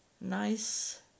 nice